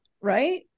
right